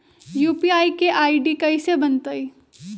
UPI के ID कैसे बनतई?